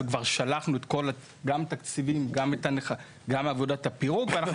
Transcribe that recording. וכבר שלחנו גם תקציבים וגם עבודת הפירוק.